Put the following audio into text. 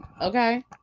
okay